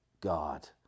God